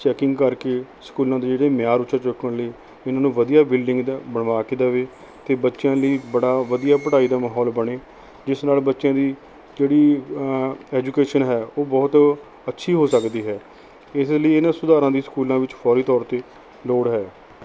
checking ਕਰਕੇ ਸਕੂਲਾਂ ਦੇ ਜਿਹੜੇ ਮਿਆਰ ਉੱਚਾ ਚੁੱਕਣ ਲਈ ਇਹਨਾਂ ਨੂੰ ਵਧੀਆ ਬਿਲਡਿੰਗ ਦਾ ਬਣਵਾ ਕੇ ਦੇਵੇ ਅਤੇ ਬੱਚਿਆਂ ਲਈ ਬੜਾ ਵਧੀਆ ਪੜ੍ਹਾਈ ਦਾ ਮਾਹੌਲ ਬਣੇ ਜਿਸ ਨਾਲ ਬੱਚਿਆਂ ਦੀ ਜਿਹੜੀ ਐਜੂਕੇਸ਼ਨ ਹੈ ਉਹ ਬਹੁਤ ਅੱਛੀ ਹੋ ਸਕਦੀ ਹੈ ਇਸ ਲਈ ਇਹਨਾ ਸੁਧਾਰਾਂ ਦੀ ਸਕੂਲਾਂ ਵਿੱਚ ਫੌਰੀ ਤੌਰ 'ਤੇ ਲੋੜ ਹੈ